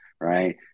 Right